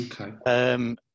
Okay